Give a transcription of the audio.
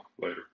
Later